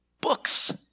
books